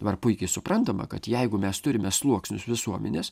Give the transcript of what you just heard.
dabar puikiai suprantama kad jeigu mes turime sluoksnius visuomenės